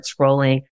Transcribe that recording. scrolling